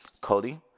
Cody